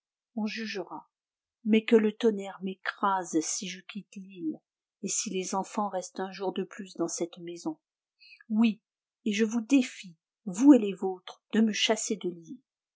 on jugera mais que le tonnerre m'écrase si je quitte l'île et si les enfants restent un jour de plus dans cette maison oui et je vous défie vous et les vôtres de me chasser de